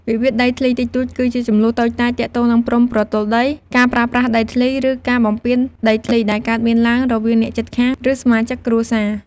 វិវាទដីធ្លីតិចតួច គឺជាជម្លោះតូចតាចទាក់ទងនឹងព្រំប្រទល់ដី ការប្រើប្រាស់ដីធ្លី ឬការបំពានដីធ្លី ដែលកើតមានឡើងរវាងអ្នកជិតខាង ឬសមាជិកគ្រួសារ។